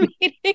meeting